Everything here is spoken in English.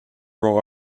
row